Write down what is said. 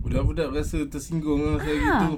budak-budak biasa tersinggung kalau gitu